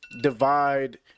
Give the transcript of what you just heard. divide